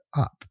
up